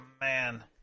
man